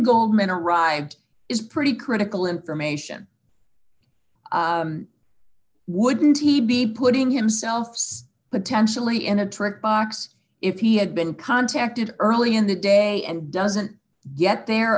goldman arrived is pretty critical information wouldn't he be putting himself so potentially in a trick box if he had been contacted early in the day and doesn't yet there